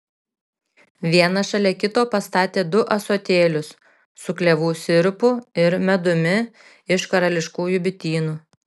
vieną šalia kito pastatė du ąsotėlius su klevų sirupu ir medumi iš karališkųjų bitynų